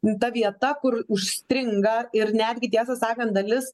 ta vieta kur užstringa ir netgi tiesą sakant dalis